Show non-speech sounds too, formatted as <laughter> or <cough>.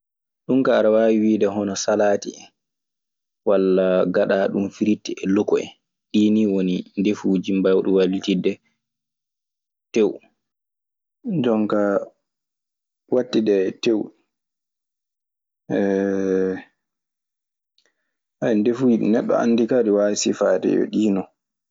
Ɗum kaa aɗa waawi wiide hono salaati en wala gaɗaaɗun fritti e loko en. Ɗii ni woni ndeffuuji mbawɗi waylitidde, tew en. Sabi jooni won ñaanduuji yogaaji ana ton. Ñaanduuji so a ñaamii ɗun terɗe maaɗa ngulan en, walla a yeeɓata, walla ɓernde maa jaɓataa. jonkaa wattude e teew. <hesitation> Ndefuuji ɗi neɗɗo anndi kaa, ɗi waawi sifaade yo ɗii non.